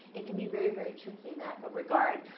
it can be very, very tricky in that regard.